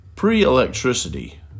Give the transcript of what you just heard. Pre-electricity